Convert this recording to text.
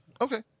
Okay